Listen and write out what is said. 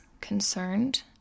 concerned